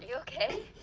ah okay?